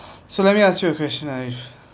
so let me ask you a question arif